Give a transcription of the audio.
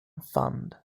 fund